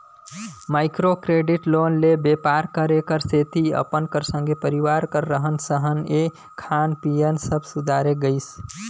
micro credit loan ले बेपार करे कर सेती अपन कर संघे परिवार कर रहन सहनए खान पीयन सब सुधारे गइस